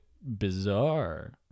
bizarre